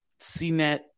CNET